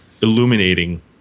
illuminating